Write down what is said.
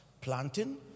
planting